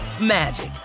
magic